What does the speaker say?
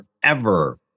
forever